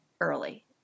early